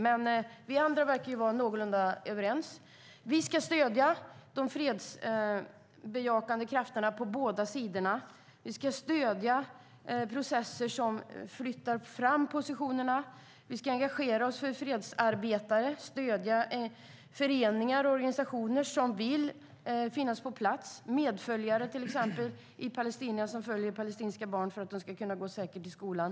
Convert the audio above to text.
Men vi andra verkar vara någorlunda överens. Vi ska stödja de fredsbejakande krafterna på båda sidorna. Vi ska stödja processer som flyttar fram positionerna. Vi ska engagera oss för fredsarbetare och stödja föreningar och organisationer som vill finnas på plats. Det gäller till exempel medföljare som följer palestinska barn så att de ska kunna gå säkert till skolan.